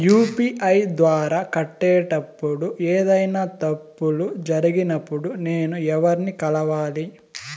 UPI ద్వారా కట్టేటప్పుడు ఏదైనా తప్పులు జరిగినప్పుడు నేను ఎవర్ని కలవాలి?